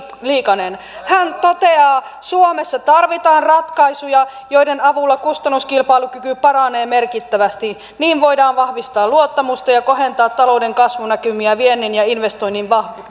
liikanen hän toteaa suomessa tarvitaan ratkaisuja joiden avulla kustannuskilpailukyky paranee merkittävästi niin voidaan vahvistaa luottamusta ja kohentaa talouden kasvunäkymiä viennin ja investoinnin